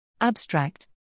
Abstract